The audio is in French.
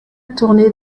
tourné